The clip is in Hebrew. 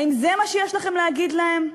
האם זה מה שיש לכם להגיד להם?